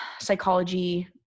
psychology